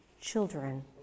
children